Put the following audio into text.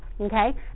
Okay